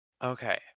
Okay